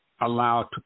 allowed